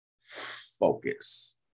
focus